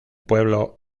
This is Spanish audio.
pueblo